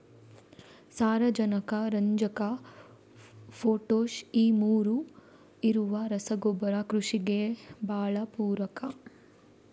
ಸಾರಾಜನಕ, ರಂಜಕ, ಪೊಟಾಷ್ ಈ ಮೂರೂ ಇರುವ ರಸಗೊಬ್ಬರ ಕೃಷಿಗೆ ಭಾಳ ಪೂರಕ